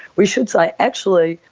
we should say, actually,